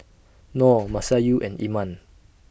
Nor Masayu and Iman